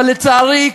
אבל לצערי,